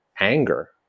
anger